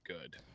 good